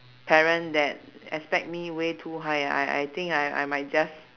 parent that expect me way too high I I think I I might just